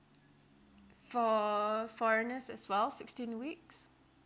for foreigners as well sixteen weeks